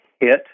hit